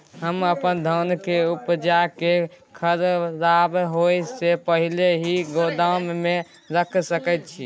हम अपन धान के उपजा के खराब होय से पहिले ही गोदाम में रख सके छी?